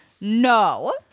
no